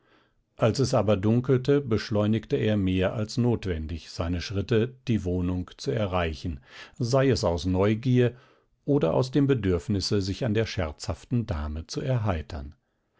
als es aber dunkelte beschleunigte er mehr als notwendig seine schritte die wohnung zu erreichen sei es aus neugier oder aus dem bedürfnisse sich an der scherzhaften dame zu erheitern